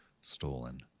stolen